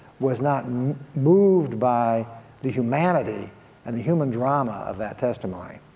was not and moved by the humanity and the human drama of that testimony.